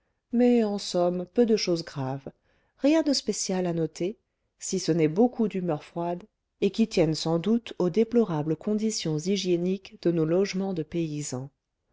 mais en somme peu de choses graves rien de spécial à noter si ce n'est beaucoup d'humeurs froides et qui tiennent sans doute aux déplorables conditions hygiéniques de nos logements de paysan